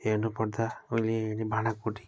हेर्नुपर्दा उहिले नै भाँडाकुटी खेल्थ्यो